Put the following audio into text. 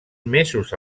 mesos